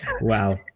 wow